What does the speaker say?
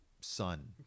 son